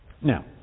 Now